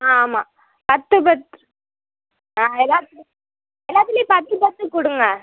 ஆ ஆமாம் பத்து பத்து ஆ எல்லாத்துலை எல்லாத்திலையும் பத்து பத்து கொடுங்க